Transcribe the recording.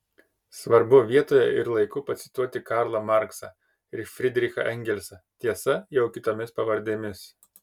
svarbu vietoje ir laiku pacituoti karlą marksą ir frydrichą engelsą tiesa jau kitomis pavardėmis